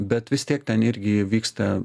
bet vis tiek ten irgi vyksta